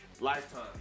Lifetime